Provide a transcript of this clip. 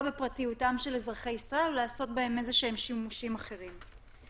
בפרטיותם של אזרחי ישראל או לעשות בהם איזשהם שימושים אחרים.